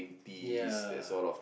ya